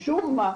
משום מה,